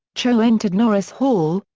cho entered norris hall,